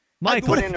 Michael